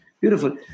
Beautiful